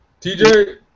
TJ